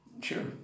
Sure